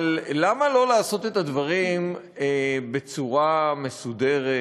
אבל למה לא לעשות את הדברים בצורה מסודרת?